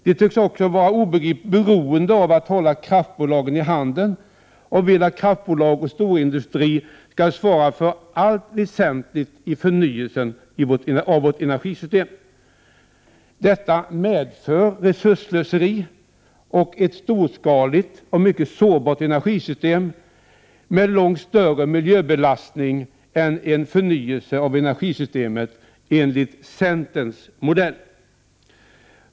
De tycks också vara obegripligt beroende av att hålla kraftbolagen i handen och de vill att kraftbolag och storindustrin skall svara för allt väsentligt i fråga om förnyelsen av vårt energisystem. Detta medför ett resursslöseri och ett storskaligt och mycket sårbart energisystem med en långt större miljöbelastning än en förnyelse av energisystemet enligt centerns modell skulle göra.